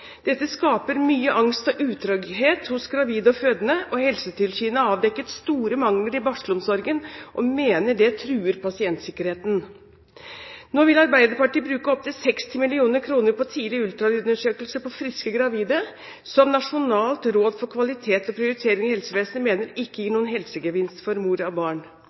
Dette skaper mye angst og utrygghet hos gravide og fødende, og Helsetilsynet har avdekket store mangler i barselomsorgen og mener det truer pasientsikkerheten. Nå vil Arbeiderpartiet bruke opptil 60 mill. kr på tidlig ultralydundersøkelse på friske gravide, noe som Nasjonalt råd for kvalitet og prioritering i helsevesenet mener ikke gir noen helsegevinst for mor og barn.